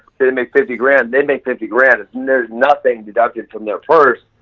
they make fifty grand, they make fifty grand and there's nothing deducted from their purse.